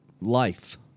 life